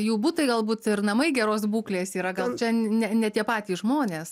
jų butai galbūt ir namai geros būklės yra gal čia ne ne tie patys žmonės